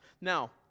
Now